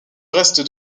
reste